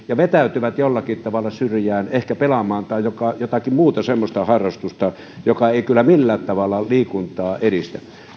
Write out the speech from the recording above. ja vetäytyvät jollakin tavalla syrjään ehkä pelaamaan tai tekemään jotakin muuta semmoista harrastusta joka ei kyllä millään tavalla liikuntaa edistä